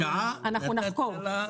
אנחנו נחקור.